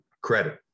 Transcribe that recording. credit